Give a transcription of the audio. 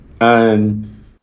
and-